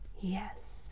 Yes